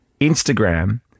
Instagram